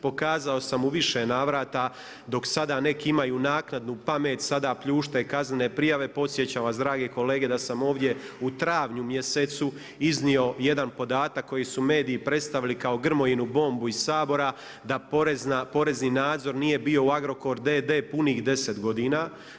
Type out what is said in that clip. Pokazao sam u više navrata dok sada neki imaju naknadnu pamet, sada pljušte kaznene prijave, podsjećam vas drage kolege, da sam ovdje u travnju mjesecu, iznio jedan podatak koji su mediji predstavili kao Grmojinu bombu iz Sabora, da porez i nadzor nije bio u Agrokor d.d. punih 10 godina.